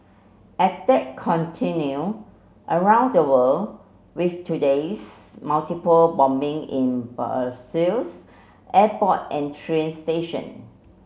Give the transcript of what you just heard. attack continue around the world with today's multiple bombing in Brussels airport and train station